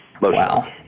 Wow